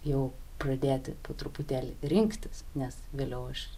jau pradėti po truputėlį rinktis nes vėliau aš